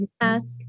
ask